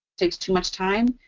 takes too much time.